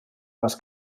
les